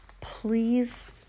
Please